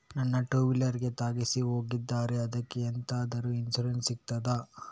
ನನ್ನ ಟೂವೀಲರ್ ಗೆ ತಾಗಿಸಿ ಹೋಗಿದ್ದಾರೆ ಅದ್ಕೆ ಎಂತಾದ್ರು ಇನ್ಸೂರೆನ್ಸ್ ಸಿಗ್ತದ?